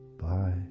Bye